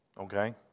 Okay